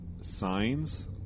Signs